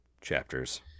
chapters